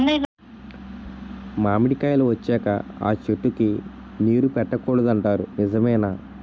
మామిడికాయలు వచ్చాక అ చెట్టుకి నీరు పెట్టకూడదు అంటారు నిజమేనా?